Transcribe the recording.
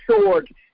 sword